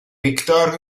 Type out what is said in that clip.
víctor